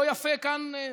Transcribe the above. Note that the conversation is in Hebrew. לא יפה כאן,